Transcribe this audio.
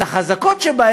האם כף היד?